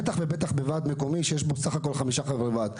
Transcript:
בטח ובטח בוועד מקומי שיש בו בסך הכול חמישה חברי ועד.